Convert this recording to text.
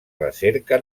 recerca